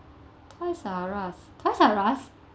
Toys"R"Us Toys"R"Us